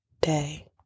day